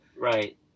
right